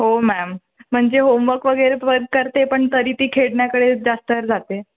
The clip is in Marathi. हो मॅम म्हणजे होमवर्क वगैरे करते पण ती खेळण्याकडे जास्त जाते